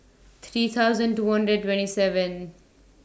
three thousand two hundred twenty seven